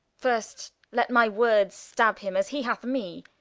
first let my words stab him, as he hath me